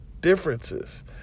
differences